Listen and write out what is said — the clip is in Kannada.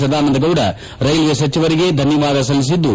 ಸದಾನಂದಗೌಡ ರೈಲ್ವೆ ಸಚಿವರಿಗೆ ಧನ್ಯವಾದ ಸಲ್ಲಿಸಿದ್ದು